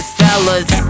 fellas